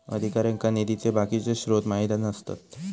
अधिकाऱ्यांका निधीचे बाकीचे स्त्रोत माहित नसतत